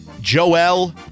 Joel